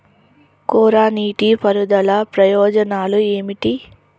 కోరా నీటి పారుదల ప్రయోజనాలు ఏమిటి?